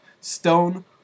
Stone